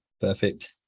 Perfect